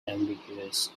ambitious